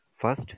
First